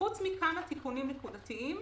חוץ מכמה תיקונים נקודתיים,